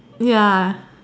ya